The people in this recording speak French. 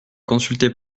consulté